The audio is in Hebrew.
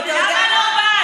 למה לא באת?